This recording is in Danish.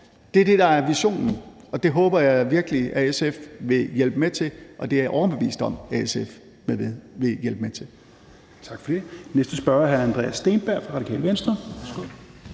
Det er det, der er visionen, og det håber jeg virkelig at SF vil hjælpe med til, og det er jeg overbevist om at SF vil hjælpe med til. Kl. 16:46 Tredje næstformand (Rasmus Helveg